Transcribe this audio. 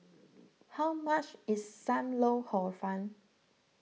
how much is Sam Lau Hor Fun